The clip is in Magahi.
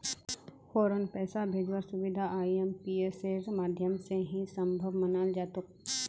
फौरन पैसा भेजवार सुबिधा आईएमपीएसेर माध्यम से ही सम्भब मनाल जातोक